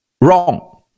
wrong